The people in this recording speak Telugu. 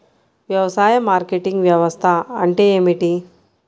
వ్యవసాయ మార్కెటింగ్ వ్యవస్థ అంటే ఏమిటి?